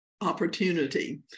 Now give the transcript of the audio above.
opportunity